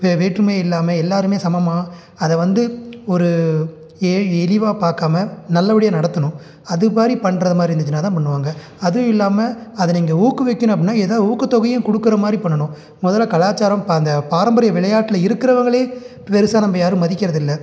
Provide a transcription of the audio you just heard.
வே வேற்றுமை இல்லாமல் எல்லோருமே சமமாக அதை வந்து ஒரு ஏ இழிவா பார்க்காம நல்லபடியாக நடத்தணும் அதுபாரி பண்றது மாதிரி இருந்துச்சினால் தான் பண்ணுவாங்க அதுவும் இல்லாமல் அதை நீங்கள் ஊக்குவிக்கணும் அப்படின்னா ஏதா ஊக்கத் தொகையும் கொடுக்கற மாதிரி பண்ணணும் முதல்ல கலாச்சாரம் இப்போ அந்த பாரம்பரிய விளையாட்டில் இருக்கிறவங்களே பெருசாக நம்ம யாரும் மதிக்கிறதில்லை